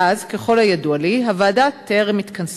מאז, ככל הידוע לי, הוועדה טרם התכנסה.